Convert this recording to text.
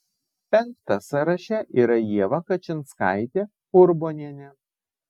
penkta sąraše yra ieva kačinskaitė urbonienė